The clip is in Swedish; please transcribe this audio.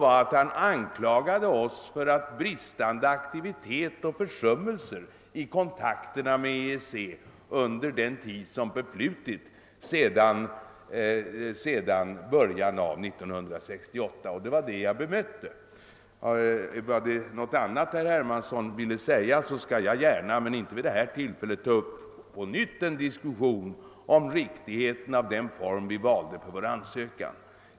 I stället anklagade han oss för bristande aktivitet och försummelser i kontakterna med EEC under den tid som förflutit sedan början av år 1968, och det var den anklagelsen jag bemötte. Var det något annat herr Holmberg ville säga, skall jag gärna — men inte vid detta tillfälle — på nytt ta upp en diskussion om riktigheten av den form vi valde för vår ansökan.